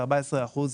אורית, זה לא רלוונטי